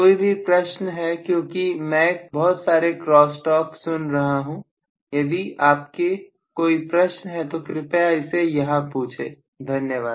कोई भी प्रश्न क्योंकि मैं बहुत सारे क्रोस्टॉक सुन रहा हूं यदि आपके कोई प्रश्न हैं तो कृपया इसे यहां पूछें धन्यवाद